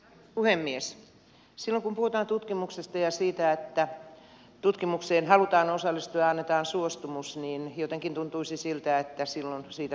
silloin kun puhutaan tutkimuksesta ja siitä että tutkimukseen halutaan osallistua ja annetaan suostumus niin jotenkin tuntuisi siltä että silloin siitä pidetään kiinni